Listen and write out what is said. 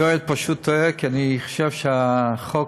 יואל פשוט טועה, כי אני חושב שהחוק